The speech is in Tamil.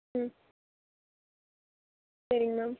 ம் சரிங்க மேம்